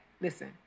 listen